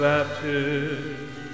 Baptist